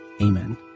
Amen